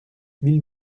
mille